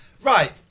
Right